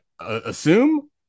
assume